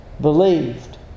believed